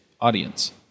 audience